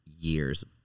years